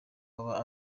baba